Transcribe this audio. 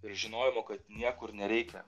ir žinojimo kad niekur nereikia